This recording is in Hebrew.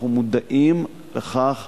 ואנחנו מודעים לכך